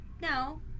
No